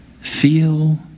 Feel